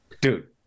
Dude